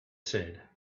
said